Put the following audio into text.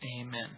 amen